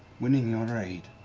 winning your aid.